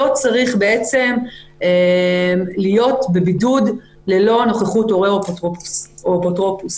לא צריך בעצם להיות בבידוד ללא נוכחות הורה או אפוטרופוס.